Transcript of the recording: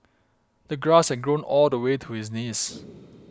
the grass had grown all the way to his knees